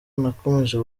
nakomeje